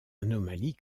anomalies